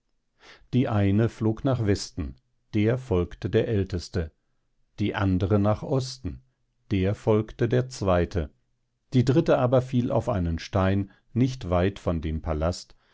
die eine flog nach westen der folgte der älteste die andere nach osten der folgte der zweite die dritte aber fiel auf einen stein nicht weit von dem pallast